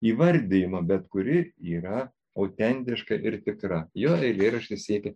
įvardijimo bet kuri yra autentiška ir tikra jo eilėraštis siekia